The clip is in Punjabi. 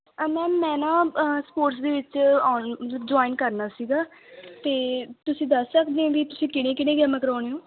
ਮੈਮ ਮੈਂ ਨਾ ਸਪੋਰਟਸ ਦੇ ਵਿੱਚ ਆਓ ਜੁਆਇਨ ਕਰਨਾ ਸੀਗਾ ਅਤੇ ਤੁਸੀਂ ਦੱਸ ਸਕਦੇ ਵੀ ਤੁਸੀਂ ਕਿਹੜੀਆਂ ਕਿਹੜੀਆਂ ਗੇਮਾਂ ਕਰਵਾਉਂਦੇ ਹੋ